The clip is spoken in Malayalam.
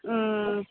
മ്മ്